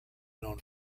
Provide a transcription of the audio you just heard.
known